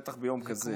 בטח ביום כזה.